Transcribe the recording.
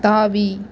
தாவி